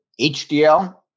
HDL